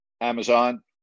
Amazon